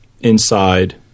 inside